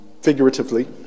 figuratively